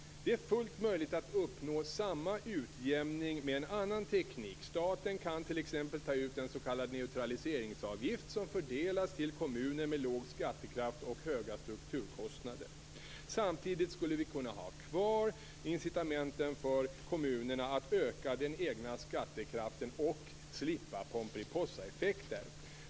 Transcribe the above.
Det är fullt möjligt att uppnå samma utjämning med en annan teknik än den som nu används. Staten kan t.ex. ta ut en s.k. neutraliseringsavgift, som fördelas till kommuner med låg skattekraft och höga strukturkostnader. Samtidigt skulle vi kunna ha kvar incitamenten för kommunerna att öka den egna skattekraften och slippa pomperipossaeffekter.